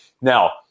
Now